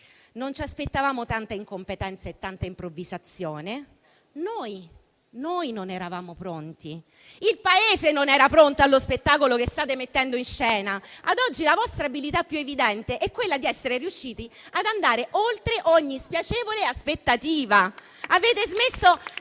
Non ci aspettavamo tanta incompetenza e tanta improvvisazione; siamo noi che non eravamo pronti! Il Paese non era pronto allo spettacolo che state mettendo in scena. Ad oggi la vostra abilità più evidente è quella di essere riusciti ad andare oltre ogni spiacevole aspettativa.